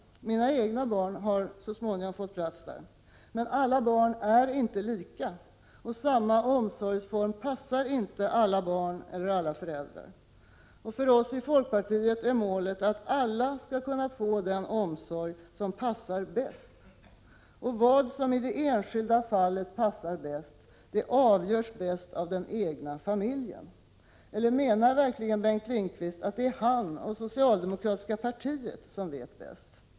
Mina egna barn fick så småningom plats på ett bra sådant. Men alla barn är inte lika. Samma omsorgsform passar inte för alla barn och alla föräldrar. För oss i folkpartiet är målet att var och en skall kunna få den omsorg som passar en själv bäst. Vad som i det enskilda fallet passar bäst, avgörs bäst av den egna familjen. Menar Bengt Lindqvist verkligen att det är han och det socialdemokratiska partiet som vet bäst?